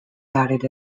added